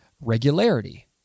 regularity